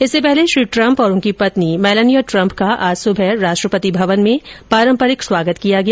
इससे पहले श्री ट्रम्प और उनकी पत्नी मेलेनिया ट्रम्प का आज सुबह राष्ट्रपति भवन में पारम्परिक स्वागत किया गया